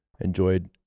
enjoyed